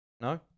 No